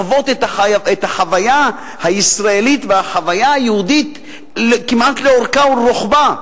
לחוות את החוויה הישראלית והחוויה היהודית כמעט לאורכה ולרוחבה.